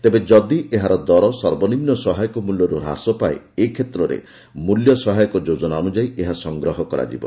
ତେବେ ଯଦି ଏହାର ଦର ସର୍ବନିମ୍ନ ସହାୟକ ମୂଲ୍ୟରୁ ହ୍ରାସ ପାଏ ଏ କ୍ଷେତ୍ରରେ ମୂଲ୍ୟ ସହାୟକ ଯୋଜନା ଅନୁଯାୟୀ ଏହା ସଂଗ୍ରହ କରାଯିବ